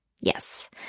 Yes